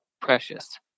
precious